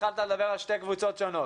התחלת לדבר על שתי קבוצות שונות,